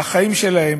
החיים שבהן